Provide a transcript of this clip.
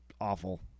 awful